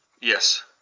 yes